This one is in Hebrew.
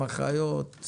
אחיות,